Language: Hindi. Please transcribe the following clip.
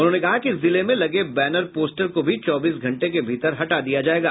उन्होंने कहा कि जिले में लगे बैनर पोस्टर को भी चौबीस घंटे के भीतर हटा दिया जायेगा